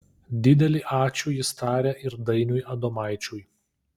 didelį ačiū jis taria ir dainiui adomaičiui